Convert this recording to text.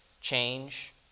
change